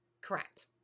Correct